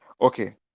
okay